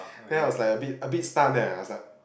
then I was like a bit a bit stunned ah I suck